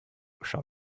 schau